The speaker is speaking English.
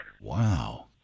wow